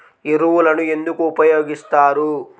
ఎరువులను ఎందుకు ఉపయోగిస్తారు?